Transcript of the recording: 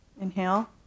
inhale